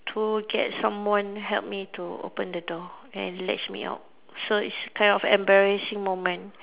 to get someone help me to open the door and lets me out so it's kind of embarrassing moment